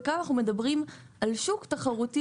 וכאן אנחנו מדברים על שוק תחרותי